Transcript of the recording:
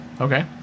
Okay